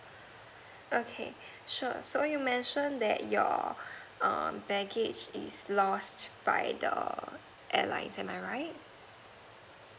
okay sure so you mentioned that your err baggage is lost by the airline am I right